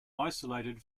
isolated